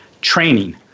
Training